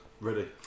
Ready